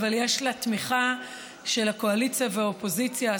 אבל יש לה תמיכה של הקואליציה והאופוזיציה,